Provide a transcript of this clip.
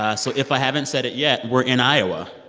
ah so if i haven't said it yet, we're in iowa,